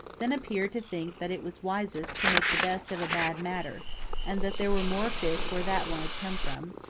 then appeared to think that it was wisest to make the best of a bad matter and that there were more fish where that one had come from,